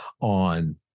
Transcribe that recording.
on